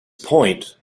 point